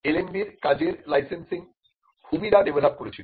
LMB র কাজের licensing Humira develop করেছিল